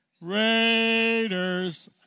Raiders